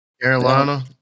carolina